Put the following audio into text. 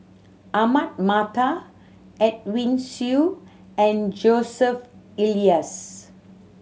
Ahmad Mattar Edwin Siew and Joseph Elias